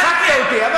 הצחקת אותי.